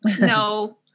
no